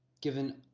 given